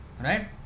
right